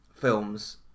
films